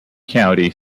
county